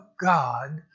God